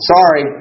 Sorry